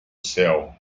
céu